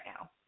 now